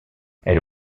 elle